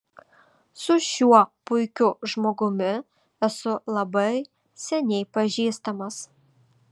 su šiuo puikiu žmogumi esu labai seniai pažįstamas